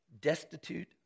destitute